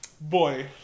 Boy